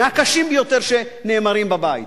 מהקשים ביותר שנאמרים בבית.